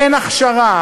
אין הכשרה.